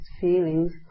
feelings